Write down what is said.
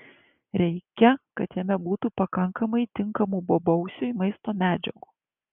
reikia kad jame būtų pakankamai tinkamų bobausiui maisto medžiagų